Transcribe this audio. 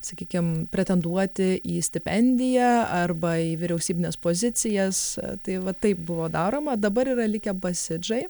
sakykim pretenduoti į stipendiją arba į vyriausybines pozicijas tai va taip buvo daroma dabar yra likę basidžai